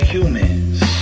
Humans